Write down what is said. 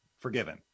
forgiven